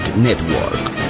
Network